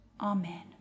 Amen